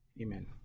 Amen